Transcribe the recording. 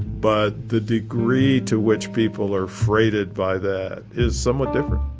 but the degree to which people are freighted by that is somewhat different